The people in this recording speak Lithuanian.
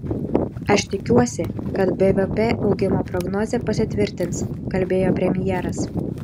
aš tikiuosi kad bvp augimo prognozė pasitvirtins kalbėjo premjeras